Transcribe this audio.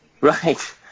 right